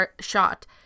shot